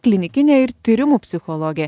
klinikinė ir tyrimų psichologė